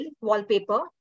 wallpaper